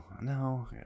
No